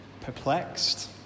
perplexed